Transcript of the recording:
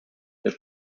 that